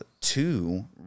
two